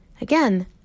again